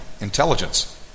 intelligence